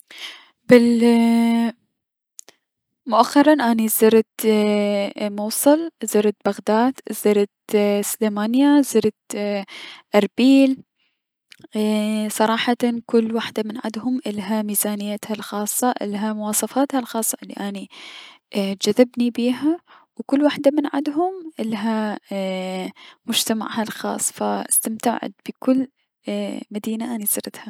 بل ايي- مؤخرا اني زرت موصل زرت بغداد زرت سليمانية زرت اي اربيل صراحتا كل وحدة من عدهم عدها ميزانيتها الخاصة عدها مواصفاتها الخاصة الي اني جذبني بيها و كل وحدة من عدهم ايي- عدها مجتمعها الخاص فأستمتعت بكل مدينة اني زرتها.